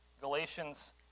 Galatians